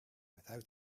without